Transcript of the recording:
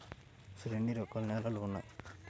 అసలు ఎన్ని రకాల నేలలు వున్నాయి?